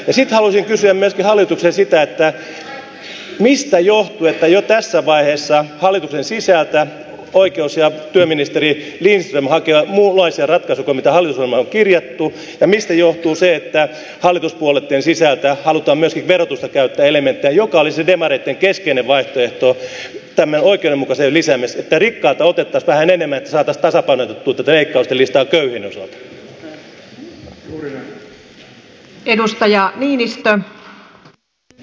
sitten haluaisin kysyä myöskin hallitukselta sitä mistä johtuu että jo tässä vaiheessa hallituksen sisältä oikeus ja työministeri lindström hakee muunlaisia ratkaisuja kuin mitä hallitusohjelmaan on kirjattu ja mistä johtuu se että hallituspuolueitten sisältä halutaan myöskin verotusta käyttää elementtinä joka olisi demareitten keskeinen vaihtoehto tämän oikeudenmukaisuuden lisäämiseksi niin että rikkailta otettaisiin vähän enemmän että saataisiin tasapainotettua tätä leikkausten listaa köyhien osalta